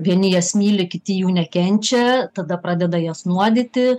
vieni jas myli kiti jų nekenčia tada pradeda jas nuodyti